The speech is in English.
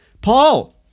Paul